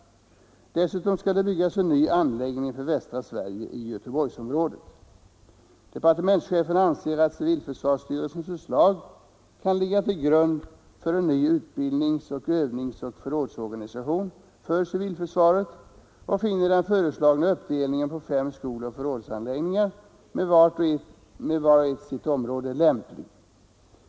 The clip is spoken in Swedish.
Dessutom skall det byggas en ny anläggning för västra Sverige i Göteborgsområdet. Departementschefen anser att civilförsvarsstyrelsens förslag kan ligga till grund för en ny utbildnings-, övningsoch förrådsorganisation för civilförsvaret och finner den föreslagna uppdelningen på fem skoloch förrådsanläggningar med var och en sitt område lämplig.